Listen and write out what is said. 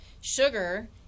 sugar